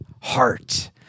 heart